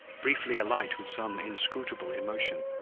briefly alight with some inscrutable emotion,